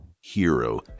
Hero